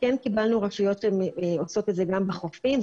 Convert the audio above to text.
כן קיבלנו רשויות שעושות את זה גם בחופים,